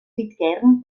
pitcairn